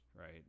Right